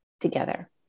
together